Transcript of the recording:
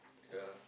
yea